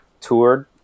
toured